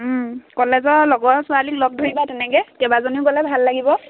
কলেজৰ লগৰ ছোৱালীক লগ ধৰিবা তেনেকৈ কেইবাজনীও গ'লে ভাল লাগিব